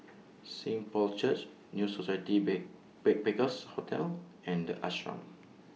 Saint Paul's Church New Society Bay Backpackers' Hotel and The Ashram